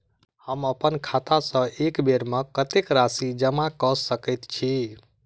हम अप्पन खाता सँ एक बेर मे कत्तेक राशि जमा कऽ सकैत छी?